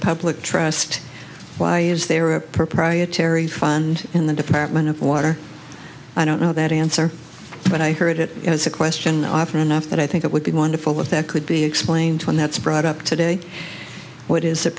public trust why is there a proprietary fund in the department of water i don't know that answer but i heard it as a question often enough that i think it would be wonderful if that could be explained when that's brought up today what is